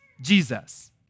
Jesus